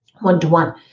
one-to-one